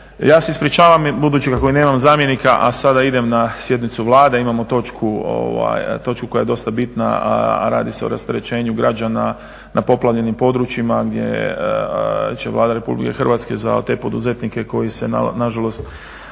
ja se ispričavam, budući kako nemam zamjenika, a sada idem na sjednicu Vlade, imamo točku koja je dosta bitna, a radi se o rasterećenju građana na poplavljenim područjima gdje će Vlada RH za te poduzetnike koji se nažalost